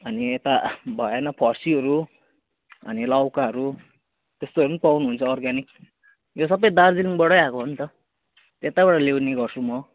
अनि यता भएन फर्सीहरू अनि लौकाहरू त्यस्तोहरू पनि पाउनुहुन्छ अर्ग्यानिक यो सबै दार्जिलिङबाटै आएको हो नि त यतैबाट ल्याउने गर्छु म